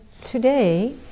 today